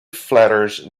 flatters